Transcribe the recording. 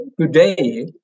today